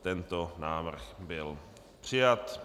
Tento návrh byl přijat.